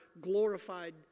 glorified